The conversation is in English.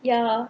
ya